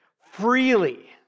freely